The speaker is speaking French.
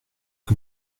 que